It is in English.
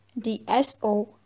DSO